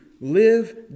live